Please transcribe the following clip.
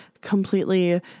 completely